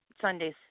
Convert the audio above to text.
Sunday's